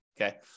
Okay